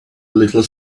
little